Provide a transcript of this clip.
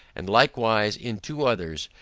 and likewise in two others,